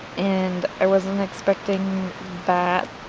and i wasn't expecting that,